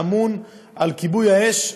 שאמון על כיבוי האש,